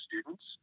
students